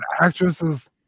Actresses